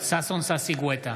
ששון ששי גואטה,